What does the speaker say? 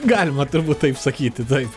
galima turbūt taip sakyti taip